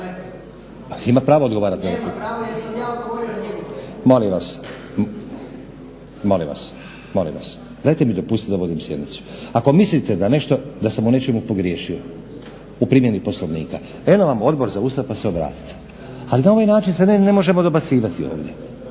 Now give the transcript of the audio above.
Ima pravo odgovarati na repliku. … /Upadica se ne razumije./ … Molim vas. Dajte mi dopustite da vodim sjednicu. Ako mislite da sam u nečemu pogriješio u primjeni Poslovnika eno vam Odbor za Ustav pa se obratite, ali na ovaj načini se ne možemo dobacivati ovdje.